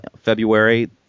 february